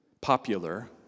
popular